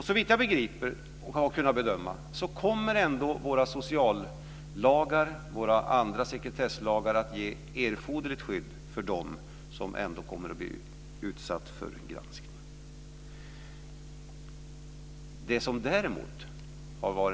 Såvitt jag begriper och kan bedöma kommer också våra sociallagar och andra sekretesslagar att ge erforderligt skydd för dem som blir utsatta för granskning.